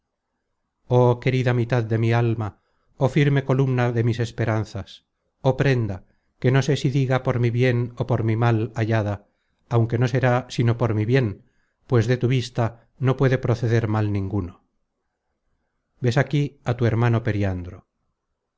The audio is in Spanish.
querida mitad de mi alma oh firme columna de mis esperanzas oh prenda que no sé si diga por mi bien ó por mi mal hallada aunque no será sino por mi bien pues de tu vista no puede proceder mal ninguno ves aquí á tu hermano periandro